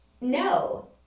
No